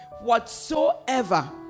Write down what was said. whatsoever